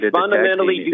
fundamentally